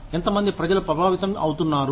ఎంత మంది ప్రజలు ప్రభావితం అవుతున్నారు